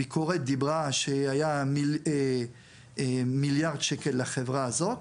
הביקורת דיברה שהיה מיליארד שקל לחברה הזאת,